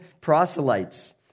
proselytes